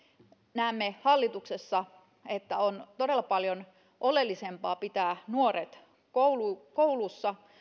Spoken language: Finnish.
näemme hallituksessa että on todella paljon oleellisempaa pitää nuoret koulussa koulussa